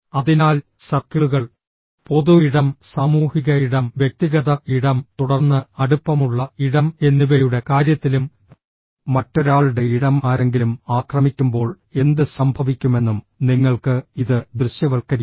അതിനാൽ സർക്കിളുകൾ പൊതു ഇടം സാമൂഹിക ഇടം വ്യക്തിഗത ഇടം തുടർന്ന് അടുപ്പമുള്ള ഇടം എന്നിവയുടെ കാര്യത്തിലും മറ്റൊരാളുടെ ഇടം ആരെങ്കിലും ആക്രമിക്കുമ്പോൾ എന്ത് സംഭവിക്കുമെന്നും നിങ്ങൾക്ക് ഇത് ദൃശ്യവൽക്കരിക്കാം